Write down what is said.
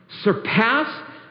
Surpass